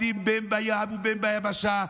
העומדים בין בים ובין ביבשה,